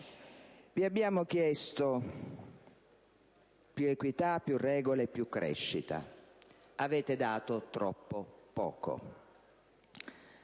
Vi abbiamo chiesto più equità, più regole e più crescita. Avete dato troppo poco.